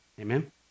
Amen